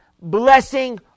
blessing